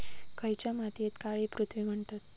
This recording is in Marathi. खयच्या मातीयेक काळी पृथ्वी म्हणतत?